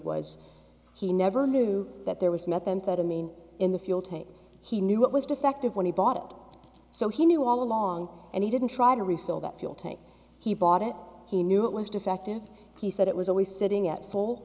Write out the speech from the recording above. was he never knew that there was methamphetamine in the fuel tape he knew it was defective when he bought it so he knew all along and he didn't try to resell that fuel tank he bought it he knew it was defective he said it was always sitting at